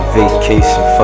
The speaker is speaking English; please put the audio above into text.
vacation